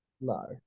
No